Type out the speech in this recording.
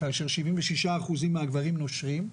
כאשר 76% מהגברים נושרים.